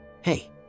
hey